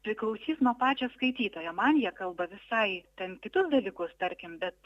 priklausys nuo pačio skaitytojo man jie kalba visai ten kitus dalykus tarkim bet